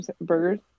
burgers